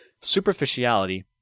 superficiality